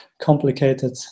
complicated